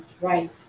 right